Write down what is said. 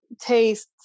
taste